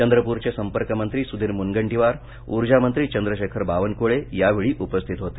चंद्रपूरचे संपर्कमंत्री सुधीर मुनगंटीवार ऊर्जामंत्री चंद्रशेखर बावनकुळे यावेळी उपस्थित होते